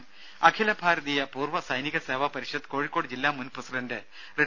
രുമ അഖില ഭാരതീയ പൂർവ്വ സൈനിക സേവാപരിഷത്ത് കോഴിക്കോട് ജില്ല മുൻ പ്രസിഡന്റ് റിട്ട